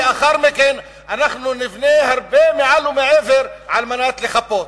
לאחר מכן אנחנו נבנה הרבה מעל ומעבר כדי לחפות?